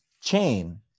chain